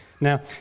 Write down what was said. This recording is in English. Now